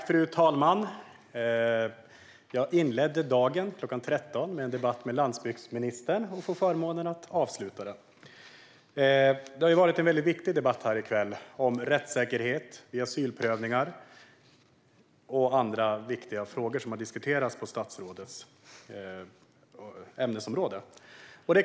Fru talman! Jag inledde dagen kl. 13 med en debatt med landsbygdsministern och får förmånen att avsluta den. Det har förts en viktig debatt här i kväll om rättssäkerhet vid asylprövningar och andra viktiga frågor på statsrådets ämnesområde.